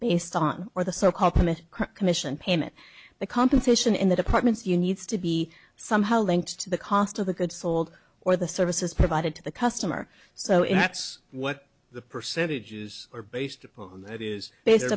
based on or the so called commit commission payment the compensation in the departments you needs to be somehow linked to the cost of the goods sold or the services provided to the customer so if that's what the percentages are based on that is based